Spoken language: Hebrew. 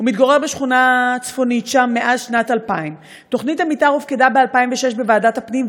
הוא מתגורר בשכונה צפונית שם מאז שנת 2000. תוכנית המתאר הופקדה ב-2006 בוועדת הפנים,